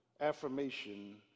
affirmation